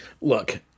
look